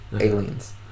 aliens